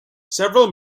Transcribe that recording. several